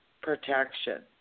protection